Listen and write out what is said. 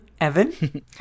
Evan